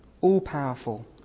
All-powerful